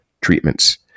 treatments